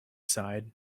side